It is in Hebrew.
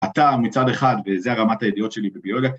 אתה מצד אחד, וזו הרמת הידיעות שלי בביולוגיה